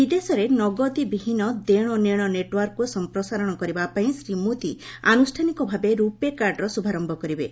ବିଦେଶରେ ନଗଦୀ ବିହୀନ ଦେଶନେଣ ନେଟୱାର୍କକୁ ସଂପ୍ରସାରଣ କରିବା ପାଇଁ ଶ୍ରୀ ମୋଦି ଆନୁଷ୍ଠାନିକ ଭାବେ ରୁପେ କାର୍ଡର ଶୁଭାରମ୍ଭ କରିବେ